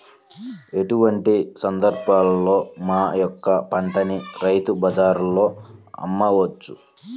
ఎటువంటి సందర్బాలలో మా యొక్క పంటని రైతు బజార్లలో అమ్మవచ్చు?